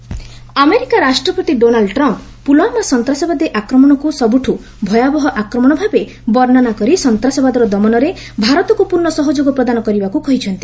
US Trump Pulwama America ରାଷ୍ଟ୍ରପତି Donald Trump Pulwama ସନ୍ତାସବାଦୀ ଆକ୍ରମଣକୁ ସବୁଠୁ ଭୟାବହ ଆକ୍ରମଣ ଭାବେ ବର୍ଷ୍ଣନା କରି ସନ୍ତାସବାଦର ଦମନରେ ଭାରତକୁ ପୂର୍ଣ୍ଣ ସହଯୋଗ ପ୍ରଦାନ କରିବାକୁ କହିଛନ୍ତି